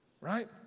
right